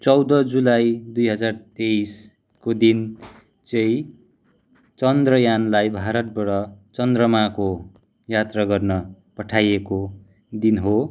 चौध जुलाई दुई हजार तेइसको दिन चाहिँ चन्द्रयानलाई भारतबाट चन्द्रमाको यात्रा गर्न पठाइएको दिन हो